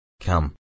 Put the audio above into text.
Come